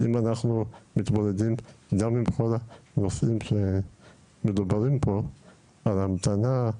אם אנחנו מתמודדים גם עם כל הנושאים שמדוברים פה כמו המתנה,